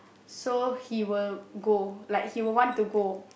so he will go like he will want to go